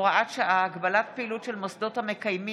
(הוראת שעה) (הגבלת פעילות של מוסדות המקיימים